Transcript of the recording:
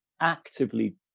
actively